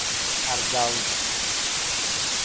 ᱟᱨᱡᱟᱣ ᱮᱫᱟ